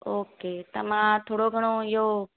okay त मां थोरो घणो इहो